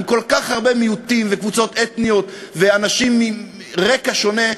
עם כל כך הרבה מיעוטים וקבוצות אתניות ואנשים מרקע שונה,